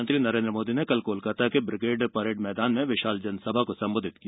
प्रधानमंत्री नरेन्द्र मोदी ने कल कोलकाता के ब्रिगेड परेड मैदान में विशाल जनसभा को संबोधित किया